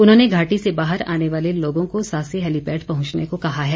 उन्होंने घाटी से बाहर आने वाले लोगों को सासे हैलीपैड पहुंचने को कहा है